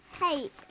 Hey